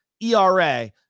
era